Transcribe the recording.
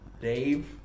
Dave